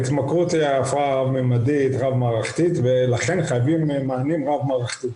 ההתמכרות היא הפרעה רב ממדית רב מערכתית ולכן חייבים מענים רב מערכתיים.